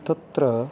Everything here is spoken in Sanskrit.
तत्र